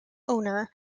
owner